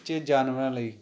ਕੱਚੇ ਜਾਨਵਰਾਂ ਲਈ